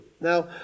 Now